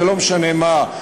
זה לא משנה מה,